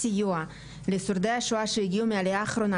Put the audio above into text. סיוע לשורדי שואה שהגיעו מהעלייה האחרונה,